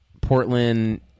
Portland